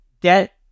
debt